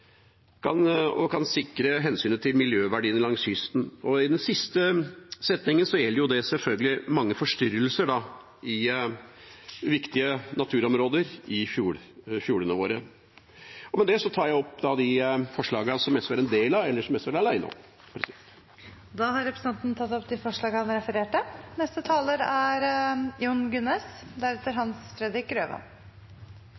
og farvann», som det står, «samt sikre hensynet til miljøverdiene langs kysten». Den siste setningen gjelder jo selvfølgelig mange forstyrrelser i viktige naturområder i fjordene våre. Med det tar jeg opp forslagene fra SV. : Representanten Arne Nævra har tatt opp de forslagene han refererte til. Det er helt opplagt at det har vært havnekapital og kanskje eiendomsutviklingen – som har